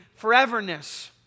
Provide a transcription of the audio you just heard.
foreverness